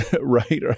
right